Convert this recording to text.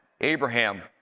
Abraham